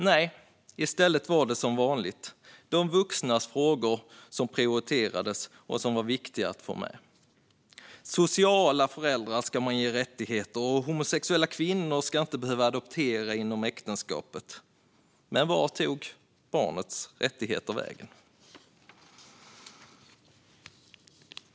Nej, i stället var det som vanligt de vuxnas frågor som prioriterades och som var viktiga att få med. Sociala föräldrar ska ges rättigheter, och homosexuella kvinnor ska inte behöva adoptera inom äktenskapet. Men vart tog barnets rättigheter vägen?